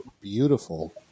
beautiful